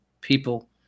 people